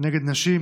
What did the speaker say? נגד נשים